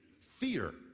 fear